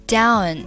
down